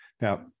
Now